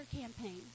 campaign